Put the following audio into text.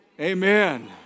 Amen